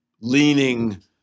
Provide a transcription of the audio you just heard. leaning